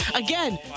Again